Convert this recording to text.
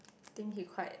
think he quite